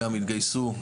גם יתגייסו,